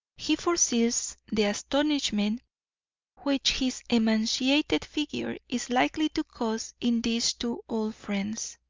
he foresees the astonishment which his emaciated figure is likely to cause in these two old friends,